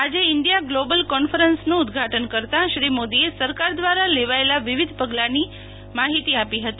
આજે India global કોન્ફરન્સનું ઉધ્ધાટન કરતાં શ્રી મોદીએ સરકાર દ્રારા લેવાયેલા વિવિધ પગલાની માહિતી આપી હતી